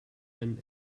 den